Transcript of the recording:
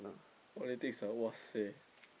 politics ah !wahseh!